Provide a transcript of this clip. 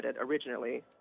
originally